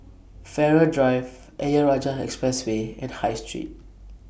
Farrer Drive Ayer Rajah Expressway and High Street